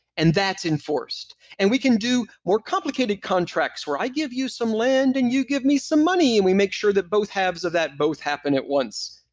and that's enforced. and we can do more complicated contracts where i give you some land and you give me some money, and we make sure that both halves of that both happen at once.